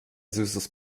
süßes